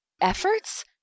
efforts